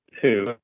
two